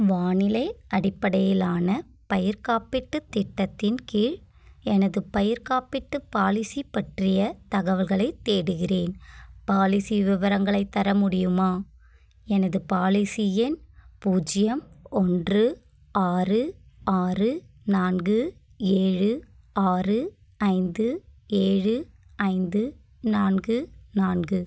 வானிலை அடிப்படையிலான பயிர் காப்பீட்டு திட்டத்தின் கீழ் எனது பயிர் காப்பீட்டு பாலிசி பற்றிய தகவல்களை தேடுகிறேன் பாலிசி விவரங்களை தரமுடியுமா எனது பாலிசி எண் பூஜ்ஜியம் ஒன்று ஆறு ஆறு நான்கு ஏழு ஆறு ஐந்து ஏழு ஐந்து நான்கு நான்கு